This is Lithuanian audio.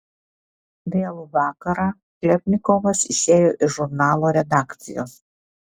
vėlų vakarą chlebnikovas išėjo iš žurnalo redakcijos